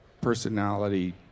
personality